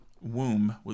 womb